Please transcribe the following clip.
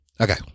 okay